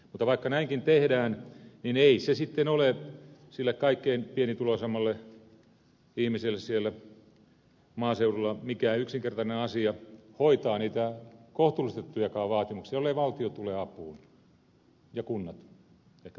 mutta vaikka näinkin tehdään niin ei se sitten ole sille kaikkein pienituloisimmalle ihmiselle siellä maaseudulla mikään yksinkertainen asia hoitaa niitä kohtuullistettujakaan vaatimuksia jollei valtio tule apuun ja kunnat ehkä toisena toimijana